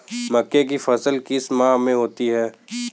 मक्के की फसल किस माह में होती है?